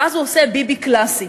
ואז הוא עושה ביבי קלאסי.